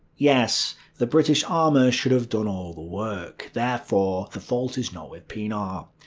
yes, the british armour should have done all the work, therefore the fault is not with pienaar.